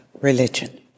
religion